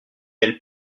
elles